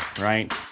right